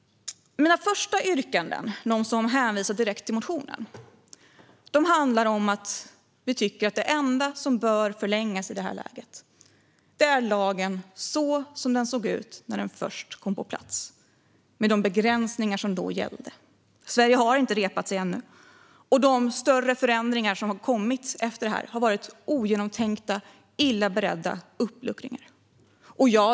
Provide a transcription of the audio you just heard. Mina första yrkanden, där jag hänvisade direkt till motionen, handlar om att vi tycker att det enda som i detta läge bör förlängas är lagen så som den såg ut när den först kom på plats, med de begränsningar som då gällde. Sverige har ännu inte repat sig. De större förändringar som har kommit efter detta har varit ogenomtänkta, illa beredda uppluckringar.